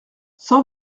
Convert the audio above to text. cent